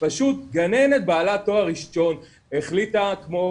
פשוט גננת בעלת תואר ראשון החליטה כמו